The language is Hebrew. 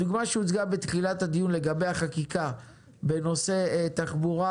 הדוגמה שהוצגה בתחילת הדיון לגבי החקיקה בנושא תחבורה